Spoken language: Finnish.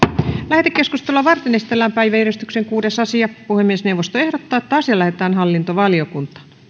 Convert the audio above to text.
lähetekeskustelua varten esitellään päiväjärjestyksen kuudes asia puhemiesneuvosto ehdottaa että asia lähetetään hallintovaliokuntaan